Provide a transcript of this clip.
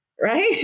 right